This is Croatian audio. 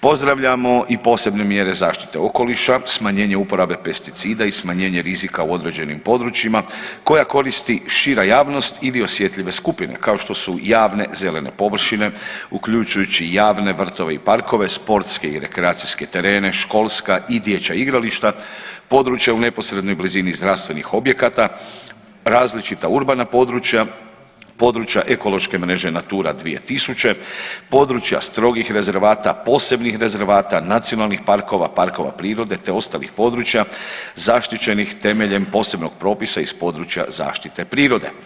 Pozdravljamo i posebne mjere zaštite okoliša, smanjenje uporabe pesticida i smanjenje rizika u određenim područjima koja koristi šira javnost ili osjetljive skupine kao što su javne zelene površine uključujući javne vrtove i parkove, sportske i rekreacijske terene, školska i dječja igrališta, područja u neposrednoj blizini zdravstvenih objekata, različita urbana područja, područja ekološke mreže Natura 2000, područja strogih rezervata, posebnih rezervata, nacionalnih parkova, parkova prirode te ostalih područja zaštićenih temeljem posebnog propisa iz područja zaštite prirode.